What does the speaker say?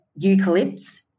eucalypts